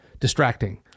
distracting